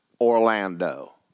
Orlando